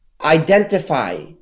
identify